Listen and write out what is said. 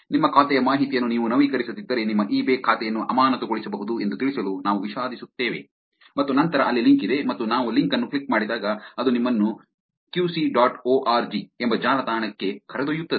ನಿಮ್ಮ ಖಾತೆಯ ಮಾಹಿತಿಯನ್ನು ನೀವು ನವೀಕರಿಸದಿದ್ದರೆ ನಿಮ್ಮ ಇ ಬೇ ಖಾತೆಯನ್ನು ಅಮಾನತುಗೊಳಿಸಬಹುದು ಎಂದು ತಿಳಿಸಲು ನಾವು ವಿಷಾದಿಸುತ್ತೇವೆ ಮತ್ತು ನಂತರ ಅಲ್ಲಿ ಲಿಂಕ್ ಇದೆ ಮತ್ತು ನಾವು ಲಿಂಕ್ ಅನ್ನು ಕ್ಲಿಕ್ ಮಾಡಿದಾಗ ಅದು ನಿಮ್ಮನ್ನು ಕುಸಿ ಡಾಟ್ ಓ ಆರ್ ಜಿ ಎಂಬ ಜಾಲತಾಣಕ್ಕೆ ಕರೆದೊಯ್ಯುತ್ತದೆ